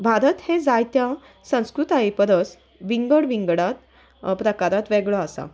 भारत हे जायत्या संस्कृताये परस विंगड विंगडांत प्रकारांत वेगळो आसा